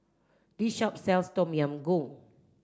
this shop sells Tom Yam Goong